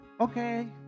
okay